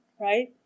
right